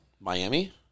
Miami